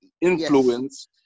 influence